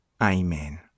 Amen